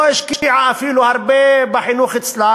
לא השקיעה הרבה בחינוך אצלה,